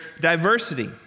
diversity